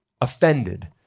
offended